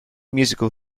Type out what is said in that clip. musical